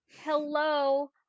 hello